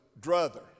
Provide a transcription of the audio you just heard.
druther